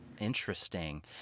Interesting